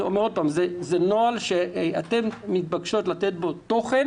זה נוהל שאתם מתבקשים לתת בו תוכן,